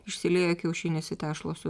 išsilieja kiaušinis į tešlą su